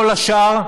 כל השאר,